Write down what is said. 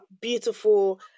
beautiful